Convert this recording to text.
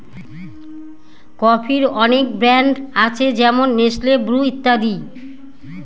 কফির অনেক ব্র্যান্ড আছে যেমন নেসলে, ব্রু ইত্যাদি